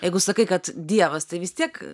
jeigu sakai kad dievas tai vis tiek